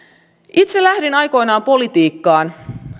itse lähdin aikoinaan politiikkaan